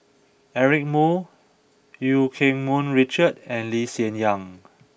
Eric Moo Eu Keng Mun Richard and Lee Hsien Yang